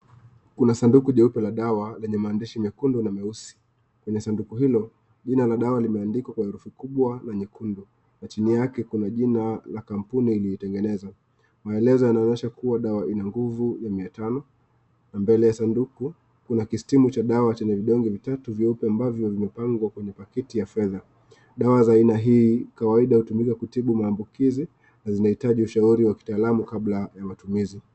Kuna sanduku jeupe la dawa lenye maandishi mekundu na meusi, kwenye sanduku hilo jina la dawa limeandikwa kwa herufi kubwa na nyekundu, na chini yake kuna jina la kampuni iliyoitengeneza. Maelezo yanaonyesha kuwa dawa ina nguvu ya 500,na mbele ya sanduku kuna kistimu cha dawa chenye vidonge vitatu vyeue ambavyo vimepangwa kwa pakiti ya fedha. Dawa za aina hii kawaida hutumika kwa kutibu maambukizi, na zinahitaji ushaauri wa kitaalamu kabla ya utumizi.